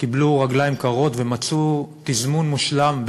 קיבלו רגליים קרות ומצאו תזמון מושלם,